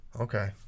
Okay